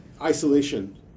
isolation